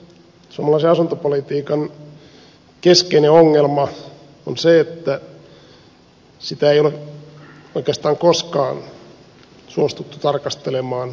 suomalaisen asuntopolitiikan keskeinen ongelma on se että sitä ei ole oikeastaan koskaan suostuttu tarkastelemaan kokonaisena